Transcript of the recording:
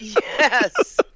Yes